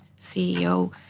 CEO